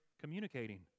communicating